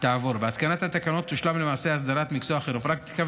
בהתקנת התקנות תושלם למעשה הסדרת מקצוע הכירופרקטיקה,